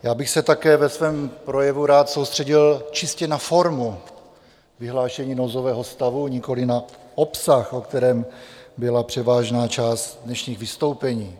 Já bych se také ve svém projevu rád soustředil čistě na formu vyhlášení nouzového stavu, nikoliv na obsah, o kterém byla převážná část dnešních vystoupení.